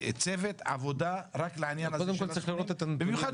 צוות עבודה רק לעניין ה- -- קודם כל צריך לראות את הנתונים.